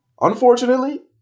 Unfortunately